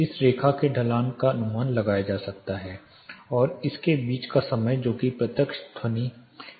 इस रेखा के ढलान का अनुमान लगाया जाता है और इसके बीच का समय जो कि प्रत्यक्ष ध्वनि के परावर्तन हैं